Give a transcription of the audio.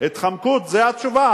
התחמקות, זו התשובה.